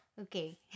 Okay